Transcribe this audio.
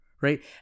right